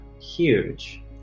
huge